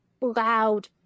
loud –